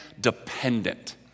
dependent